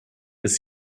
ist